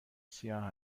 سیاه